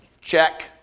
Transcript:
check